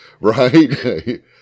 right